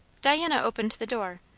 diana opened the door.